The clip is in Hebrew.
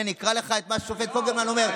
הינה, אני אקריא לך את מה שהשופט פוגלמן אומר.